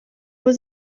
was